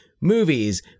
movies